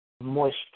moisture